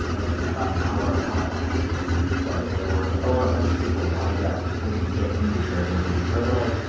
and and about an hour, hour and a half before the hearing started, there were over a hundred people lined up just waiting to get into the hearing room. these are journalists,